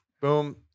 boom